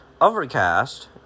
Overcast